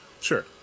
Sure